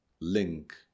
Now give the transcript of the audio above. link